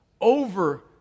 over